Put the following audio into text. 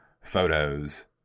photos